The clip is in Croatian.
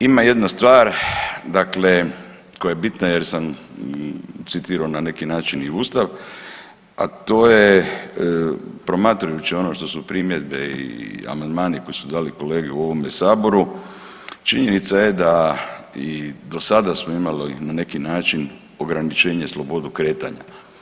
Ima jedna stvar dakle koja je bitna jer sam citirao na neki način i ustav, a to je promatrajući ono što su primjedbe i amandmani koji su dali kolege u ovome saboru, činjenica je da i do sada smo imali na neki način ograničenje slobodu kretanja.